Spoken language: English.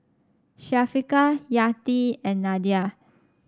Syafiqah Yati and Nadia